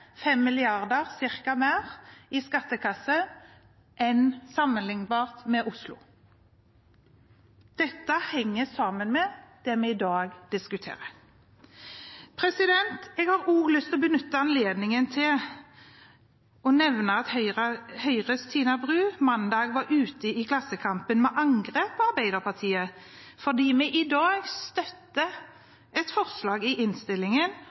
med Oslo. Dette henger sammen med det vi i dag diskuterer. Jeg har også lyst til å benytte anledningen til å nevne at Høyres Tina Bru mandag var ute i Klassekampen med angrep på Arbeiderpartiet fordi vi i dag støtter et forslag i innstillingen